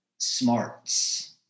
smarts